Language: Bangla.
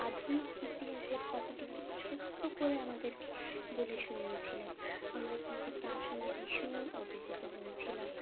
আধুনিক ইতিহাসের কথাটি খুব ছোট্ট করে আমাদেরকে বলে শুনিয়েছিলেন আমরা কিন্তু তা শুনে ভীষণ অভিভূত হয়েছিলাম